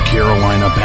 Carolina